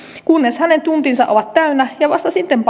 kunnes hänen tuntinsa ovat täynnä ja vasta sitten